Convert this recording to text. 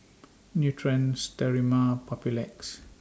Nutren Sterimar and Papulex